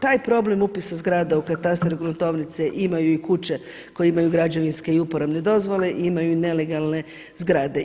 Taj problem upisa zgrada u katastar i gruntovnice imaju i kuće koje imaju građevinske i uporabne dozvole i imaju nelegalne zgrade.